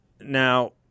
Now